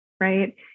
right